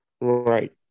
Right